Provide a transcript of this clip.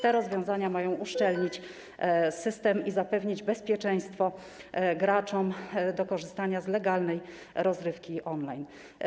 Te rozwiązania mają uszczelnić system i zapewnić bezpieczeństwo graczom korzystającym z legalnej rozrywki on-line.